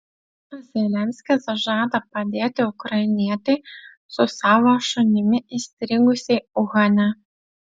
zelenskis žada padėti ukrainietei su savo šunimi įstrigusiai uhane